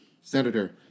Senator